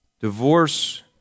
Divorce